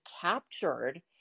captured